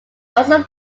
also